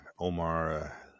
Omar